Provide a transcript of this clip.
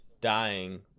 dying